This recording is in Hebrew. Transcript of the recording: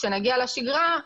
כשנגיע לשגרה,